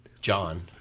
John